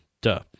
Duh